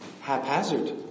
haphazard